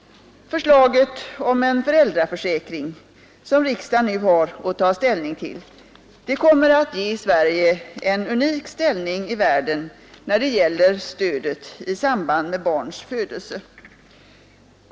Förslaget om en föräldraförsäkring, som riksdagen nu har att ta ställning till, kommer att ge Sverige en unik ställning i världen när det gäller stödet i samband med barns födelse.